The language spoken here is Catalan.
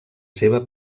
seva